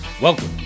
Welcome